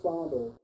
Father